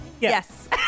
yes